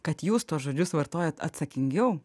kad jūs tuos žodžius vartojant atsakingiau